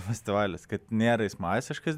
festivalis kad nėra jis masiškas